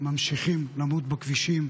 ממשיכים למות בכבישים.